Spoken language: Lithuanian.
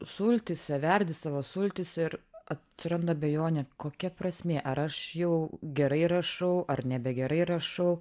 sultyse verdi savo sultyse ir atsiranda abejonė kokia prasmė ar aš jau gerai rašau ar nebegerai rašau